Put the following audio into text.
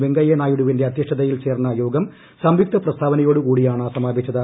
വെങ്കയ്യനായിഡുവിന്റെ അദ്ധ്യക്ഷതയിൽ ചേർന്ന യോഗം സംയുക്ത പ്രസ്താവനയോടു കൂടിയാണ് സമാപിച്ചത്